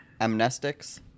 amnestics